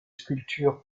sculptures